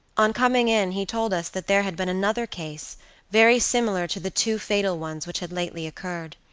on coming in he told us that there had been another case very similar to the two fatal ones which had lately occurred.